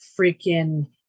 freaking